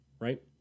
right